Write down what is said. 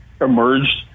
Emerged